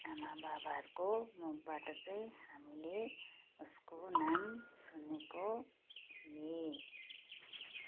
आमा बाबाहरूको मुखबाट चाहिँ हामीले उसको नाम सुनेको थियौँ